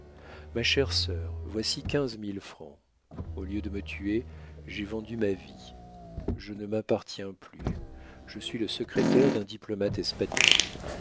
ma chère sœur voici quinze mille francs au lieu de me tuer j'ai vendu ma vie je ne m'appartiens plus je suis le secrétaire d'un diplomate espagnol